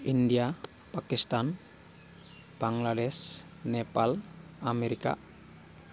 India Pakistan Bangladesh Nepal America